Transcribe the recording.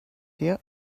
here